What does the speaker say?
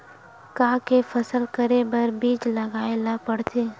का के फसल करे बर बीज लगाए ला पड़थे?